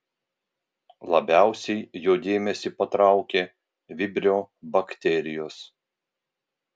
labiausiai jo dėmesį patraukė vibrio bakterijos